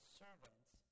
servants